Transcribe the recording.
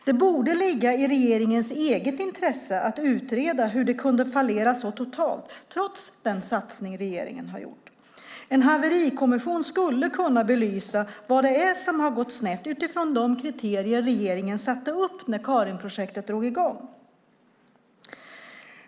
Det borde ligga i regeringens eget intresse att utreda hur det kunde fallera så totalt, trots den satsning regeringen har gjort. En haverikommission skulle kunna belysa vad det är som har gått snett utifrån de kriterier regeringen satte upp när Karinprojektet drog i gång.